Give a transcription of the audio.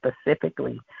specifically